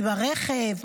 עם הרכב,